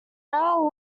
raoul